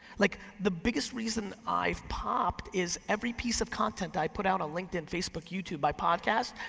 like the biggest reason i've popped is every piece of content i've put out on linkedin, facebook, youtube, my podcast,